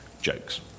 jokes